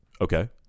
Okay